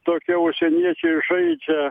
tokie užsieniečiai žaidžia